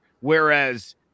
Whereas